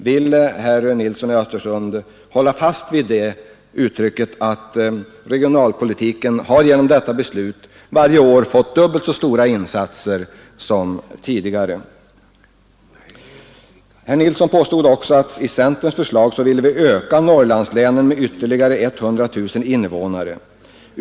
Vill herr Nilsson hålla fast vid yttrandet att regionalpolitiken genom detta beslut varje år har fått dubbelt så stora insatser som tidigare? Herr Nilsson i Östersund påstod också att centerns förslag innebar att vi ville öka Norrlandslänens invånarantal med 100 000 personer.